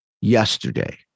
yesterday